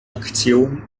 aktion